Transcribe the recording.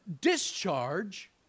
discharge